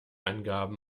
angaben